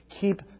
keep